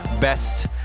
Best